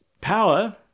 power